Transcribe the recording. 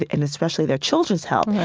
and especially their children's health, right,